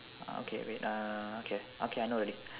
uh okay wait ah okay okay I know already